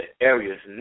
areas